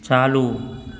चालू